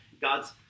God's